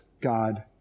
God